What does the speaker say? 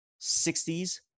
60s